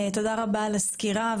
תודה רבה על הסקירה,